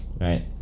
right